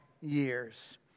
years